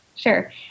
Sure